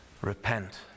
repent